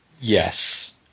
Yes